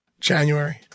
January